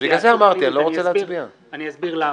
ואני אסביר למה.